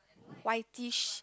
whitish